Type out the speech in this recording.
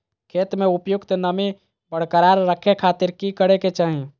खेत में उपयुक्त नमी बरकरार रखे खातिर की करे के चाही?